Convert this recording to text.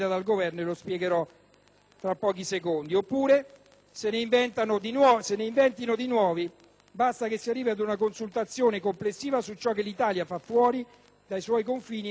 tra breve. Oppure se ne inventino di nuovi, basta che si arrivi ad una consultazione complessiva su ciò che l'Italia fa al di fuori dei suoi confini e su come lo fa.